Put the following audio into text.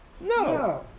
No